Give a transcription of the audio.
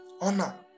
Honor